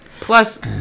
Plus